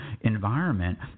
environment